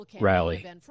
rally